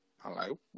Hello